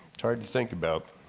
it's hard to think about.